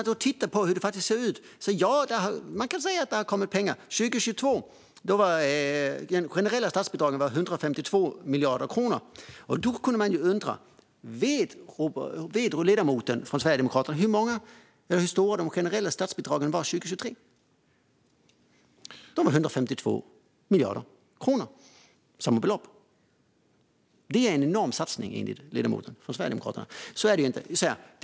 Om man tittar på hur det faktiskt ser ut kan man säga att det har kommit pengar. År 2022 var de generella statsbidragen 152 miljarder kronor. Vet ledamoten från Sverigedemokraterna hur stora de generella statsbidragen var 2023? De var 152 miljarder kronor - beloppet var alltså detsamma. Enligt ledamoten från Sverigedemokraterna är det en enorm satsning, men så är det ju inte.